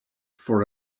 for